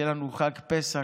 שיהיה לנו חג פסח,